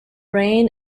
rain